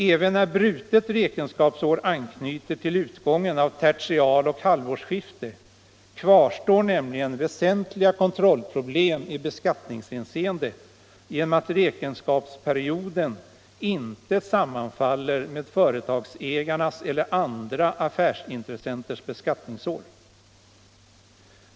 Även när brutet räkenskapsår anknyter till utgången av tertialeller halvårsskifte kvarstår nämligen väsentliga kontrollproblem i beskattningshänseende genom att räkenskapsperioden inte sammanfaller med företagsägarnas eller andra affärsintressenters beskattningsår.